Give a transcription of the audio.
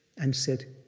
and said,